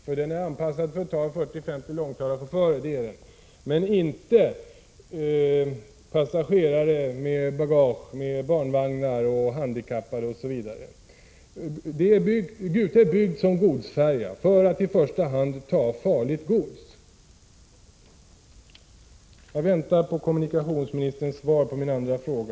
Färjan är anpassad för att ta 40-50 långtradarchaufförer men inte för passagerare med bagage, barnvagnar, handikapp osv. Gute är byggd som godsfärja, för att i första hand transportera farligt gods. Jag väntar på kommunikationsministerns svar på min andra fråga.